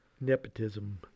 Nepotism